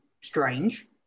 strange